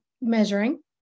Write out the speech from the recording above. measuring